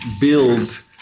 build